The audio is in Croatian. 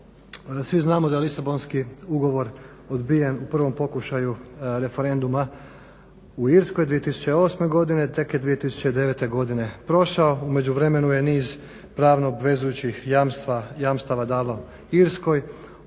Svi znamo da je Lisabonski ugovor odbijen u prvom pokušaju referenduma u Irskoj 2008. godine, tek je 2009. godine prošao. U međuvremenu je niz pravno obvezujućih jamstava dano Irskoj,